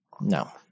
No